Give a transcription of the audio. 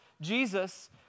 Jesus